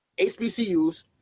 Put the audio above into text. HBCUs